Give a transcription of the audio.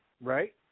right